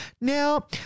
Now